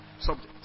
subject